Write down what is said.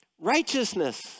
righteousness